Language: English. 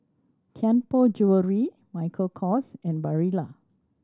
Tianpo Jewellery Michael Kors and Barilla